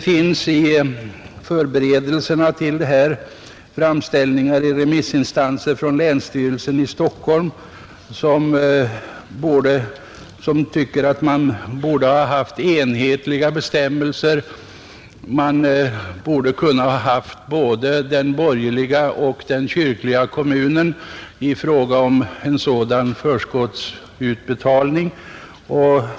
Länsstyrelsen i Stockholms län har vid remissbehandlingen ansett att man borde ha enhetliga bestämmelser för den borgerliga och den kyrkliga kommunen i fråga om en sådan förskottsutbetalning.